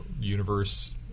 universe